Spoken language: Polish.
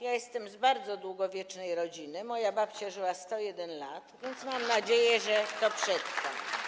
Jestem z bardzo długowiecznej rodziny, moja babcia żyła 101 lat, więc mam nadzieję, że to przetrwam.